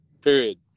period